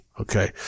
okay